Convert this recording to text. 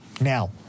Now